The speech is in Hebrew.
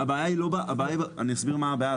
אני אסביר מה הבעיה.